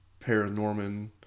Paranorman